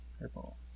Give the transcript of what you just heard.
purple